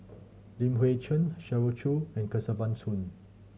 Li Hui Cheng Shirley Chew and Kesavan Soon